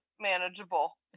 manageable